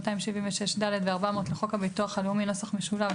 276(ד) ו-400 לחוק הביטוח הלאומי ,